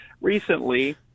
recently